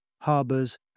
harbors